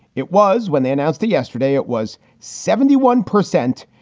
it was when they announced yesterday it was seventy one percent.